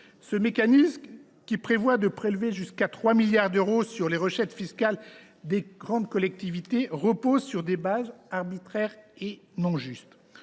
Ce mécanisme, qui prévoit de prélever jusqu’à 3 milliards d’euros sur les recettes fiscales des grandes collectivités, repose sur des bases arbitraires et injustes.